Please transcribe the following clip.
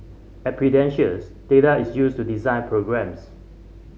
at Prudentials data is used to design programmes